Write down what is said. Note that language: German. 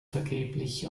vergeblich